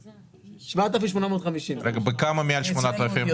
7,850. כמה מעל 8,000?